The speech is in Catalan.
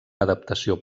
adaptació